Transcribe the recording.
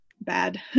bad